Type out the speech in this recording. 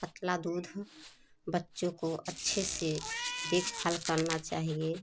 पतला दूध बच्चों को अच्छे से देखभाल करना चाहिए